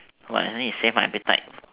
at least it saved my appetite